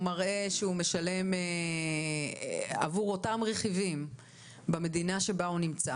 הוא מראה שהוא משלם עבור אותם רכיבים במדינה שבה הוא נמצא